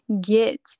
get